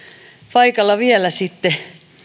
paikalla vielä tämä